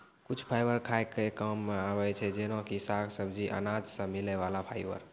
कुछ फाइबर खाय के कामों मॅ आबै छै जेना कि साग, सब्जी, अनाज सॅ मिलै वाला फाइबर